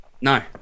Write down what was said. No